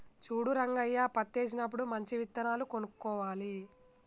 చూడు రంగయ్య పత్తేసినప్పుడు మంచి విత్తనాలు కొనుక్కోవాలి